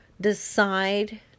decide